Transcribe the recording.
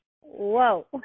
Whoa